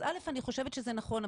אז אל"ף אני חושבת שזה נכון,